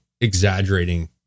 exaggerating